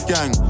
Gang